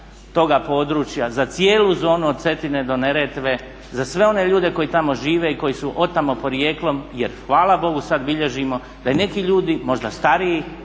toga područja, za cijelu zonu od Cetine do Neretve, za sve one ljudi koji tamo žive i koji su od tamo porijeklom, jer hvala Bogu sad bilježimo da i neki ljudi možda stariji,